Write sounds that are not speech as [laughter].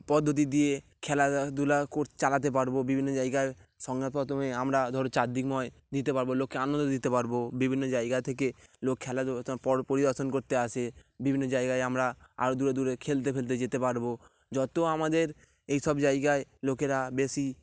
পদ্ধতি দিয়ে খেলাধুলা কোর চালাতে পারব বিভিন্ন জায়গার সঙ্গে প্রথমে আমরা ধরো চারদিকময় দিতে পারব লোককে আনন্দ দিতে পারব বিভিন্ন জায়গা থেকে লোক খেলাধুলা [unintelligible] পর পরিদর্শন করতে আসে বিভিন্ন জায়গায় আমরা আরও দূরে দূরে খেলতে ফেলতে যেতে পারব যত আমাদের এই সব জায়গায় লোকেরা বেশি